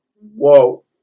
whoa